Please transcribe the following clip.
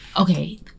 okay